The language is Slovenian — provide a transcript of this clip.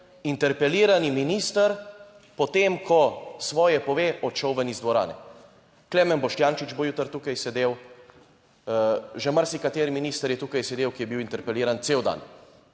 interpelirani minister potem, ko svoje pove, odšel ven iz dvorane. Klemen Boštjančič bo jutri tukaj sedel. Že marsikateri minister je tukaj sedel, ki je bil interpeliran cel dan.